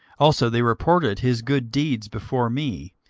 also they reported his good deeds before me,